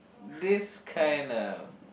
this kinda